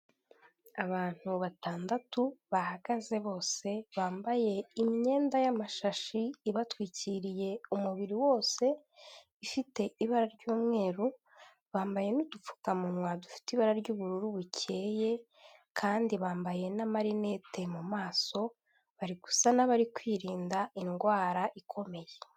Abantu batandatu bahagaze bose bambaye imyenda y'amashashi ibatwikiriye umubiri wose ifite ibara ry'umweru. Bambaye n'udupfukamunwa dufite ibara ry'ubururu bukeye, kandi bambaye n'amarinete mu maso bari gusa n'abari kwirinda indwara ikomeye.